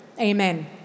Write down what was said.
Amen